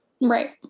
Right